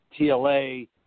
TLA